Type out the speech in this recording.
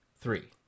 Three